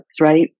right